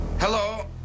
Hello